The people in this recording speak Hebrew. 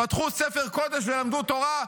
פתחו ספר קודש ולמדו תורה?